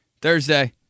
Thursday